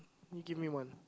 me give me one